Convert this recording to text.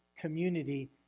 community